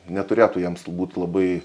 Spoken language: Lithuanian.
neturėtų jiems būt labai